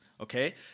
okay